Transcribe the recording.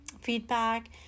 feedback